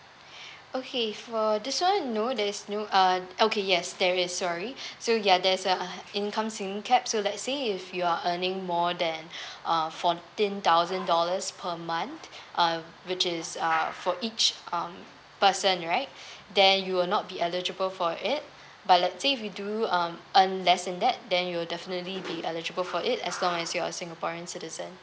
okay for this [one] no there's no uh okay yes there is sorry so ya there's uh income ceiling cap so let's say if you are earning more than uh fourteen thousand dollars per month uh which is uh for each um person right then you will not be eligible for it but let say we do um earn less than that then you will definitely be eligible for it as long as you're singaporean citizen